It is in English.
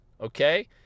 okay